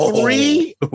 three